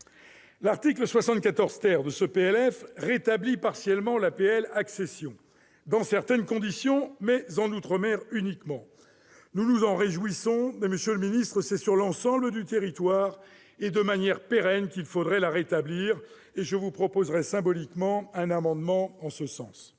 L'article 74 de ce PLF rétablit partiellement l'APL accession, dans certaines conditions, mais en outre-mer uniquement. Nous nous en réjouissons, mais, monsieur le ministre, c'est sur l'ensemble du territoire et de manière pérenne qu'il faudrait la rétablir. Je vous proposerai symboliquement un amendement en ce sens.